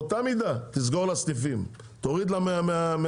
באותה מידה, תסגור לה סניפים, תוריד לה מהרווחיות.